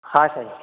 हा साईं